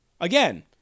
Again